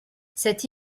cette